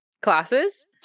classes